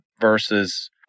versus